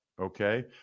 okay